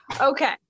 Okay